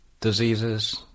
diseases